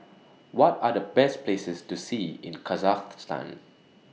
What Are The Best Places to See in Kazakhstan